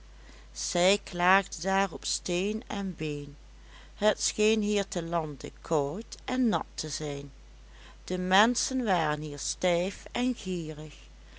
zij klaagde daarop steen en been het scheen hier te lande koud en nat te zijn de menschen waren hier stijf en gierig